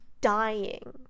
dying